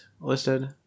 listed